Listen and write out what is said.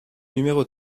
numéro